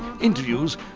interviews